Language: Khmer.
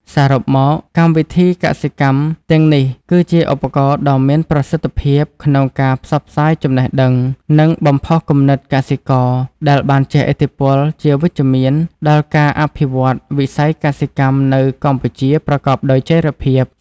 សរុបមក កម្មវិធីកសិកម្មទាំងនេះគឺជាឧបករណ៍ដ៏មានប្រសិទ្ធភាពក្នុងការផ្សព្វផ្សាយចំណេះដឹង និងបំផុសគំនិតកសិករ ដែលបានជះឥទ្ធិពលជាវិជ្ជមានដល់ការអភិវឌ្ឍវិស័យកសិកម្មនៅកម្ពុជាប្រកបដោយចីរភាព។